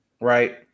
right –